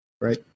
right